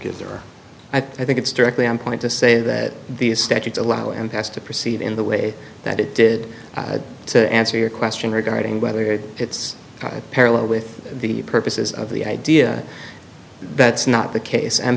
there i think it's directly on point to say that these statutes allow and has to proceed in the way that it did to answer your question regarding whether it's parallel with the purposes of the idea that's not the case and